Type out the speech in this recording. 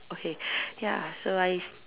okay ya so I st~